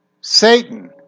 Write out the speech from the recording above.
Satan